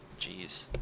Jeez